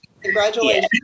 Congratulations